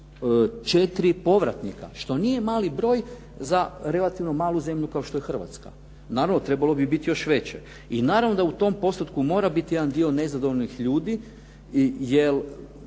124 povratnika, što nije mali broj za relativno malu zemlju kao što je Hrvatska. Naravno trebalo bi biti još veće. I naravno da u tom postotku mora biti jedan dio nezadovoljnih ljudi jer